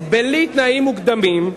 בלי תנאים מוקדמים,